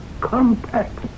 compact